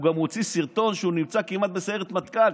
הוא גם הוציא סרטון שהוא נמצא כמעט בסיירת מטכ"ל.